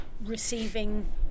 receiving